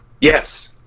Yes